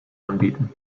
anbieten